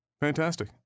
fantastic